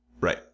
Right